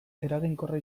eraginkorra